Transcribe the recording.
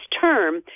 term